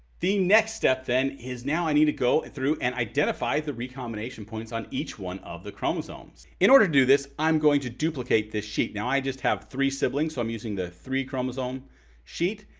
the next step then is, now i need to go through and identify the recombination points on each one of the chromosomes. in order to do this, i'm going to duplicate this sheet. now i just have three siblings so i'm using the three chromosome sheet.